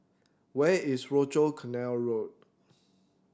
where is Rochor Canal Road